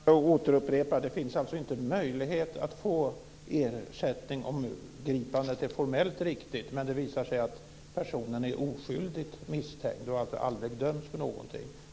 Fru talman! Jag vill bara återupprepa att det inte finns möjlighet till ersättning om gripandet är formellt riktigt och det visar sig att personen är oskyldigt misstänkt och alltså inte döms för någonting.